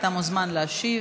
אתה מוזמן להשיב.